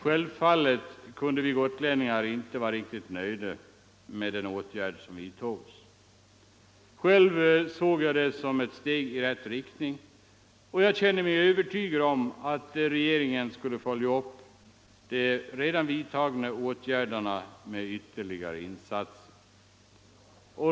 Självfallet kunde vi gotlänningar inte vara riktigt nöjda med de åtgärder som vidtogs. Själv såg jag dem som ett steg i rätt riktning, och jag kände mig övertygad om att regeringen skulle följa upp de redan vidtagna åtgärderna med ytterligare insatser.